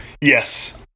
Yes